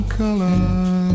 color